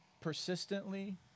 persistently